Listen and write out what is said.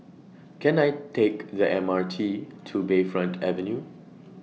Can I Take The M R T to Bayfront Avenue